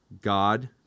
God